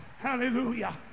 Hallelujah